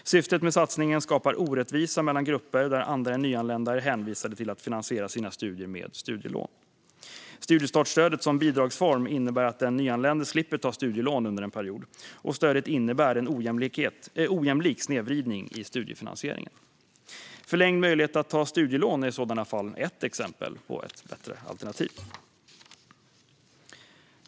Syftet med satsningen skapar orättvisa mellan grupper där andra än nyanlända är hänvisade till att finansiera sina studier med studielån. Studiestartsstödet som bidragsform innebär att den nyanlände slipper ta studielån under en period. Stödet innebär en ojämlik snedvridning i studiefinansieringen. Förlängd möjlighet att ta studielån är i sådana fall ett exempel på ett bättre alternativ.